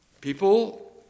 People